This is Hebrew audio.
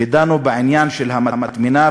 ודנו בעניין של המטמנה.